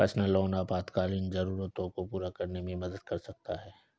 personal loan आपातकालीन जरूरतों को पूरा करने में मदद कर सकता है